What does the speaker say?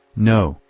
no,